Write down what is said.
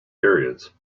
periods